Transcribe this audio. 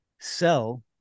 sell